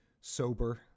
sober